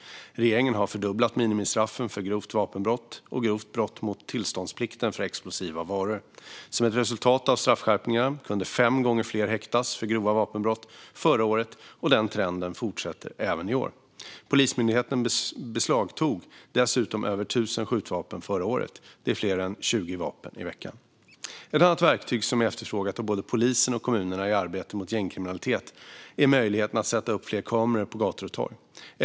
Regeringen har fördubblat minimistraffen för grovt vapenbrott och grovt brott mot tillståndsplikten för explosiva varor. Som ett resultat av straffskärpningarna kunde fem gånger fler häktas för grova vapenbrott förra året, och den trenden fortsätter även i år. Polismyndigheten beslagtog dessutom över tusen skjutvapen förra året. Det är fler än 20 vapen i veckan. Ett annat verktyg som är efterfrågat av både polisen och kommunerna i arbetet mot gängkriminaliteten är möjligheten att sätta upp fler kameror på gator och torg.